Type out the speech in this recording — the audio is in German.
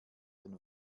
den